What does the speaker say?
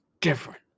different